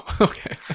Okay